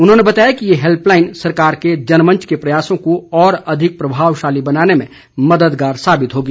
उन्होंने बताया कि ये हैल्पलाईन सरकार के जनमंच के प्रयासों को और अधिक प्रभावशाली बनाने में मददगार साबित होगी